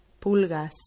pulgas